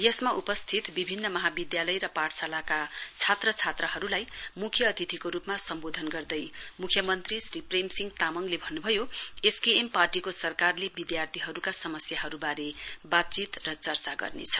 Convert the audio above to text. यसमा उपस्थित विभिन्न महाविधालय र पाठशालाका छात्र छात्राहरुलाई मुख्य अतिथि को रुपमा सम्बोधन गर्दै मुख्यमन्त्री श्री प्रेम सिंह तामङले भन्नुभयो एस के एम पार्टीको सरकारले विधार्थीहरुका समस्यहरुवारे बातचीत र चर्चा गर्नेछ